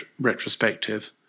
retrospective